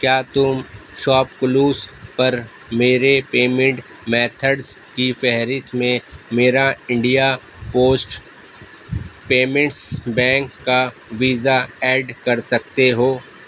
کیا تم ShopClues پر میرے پیمینٹ میتھڈس کی فہرست میں میرا انڈیا پوسٹ پیمنٹس بینک کا ویزا ایڈ کر سکتے ہو